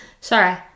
Sorry